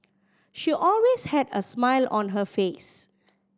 she always had a smile on her face